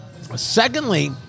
Secondly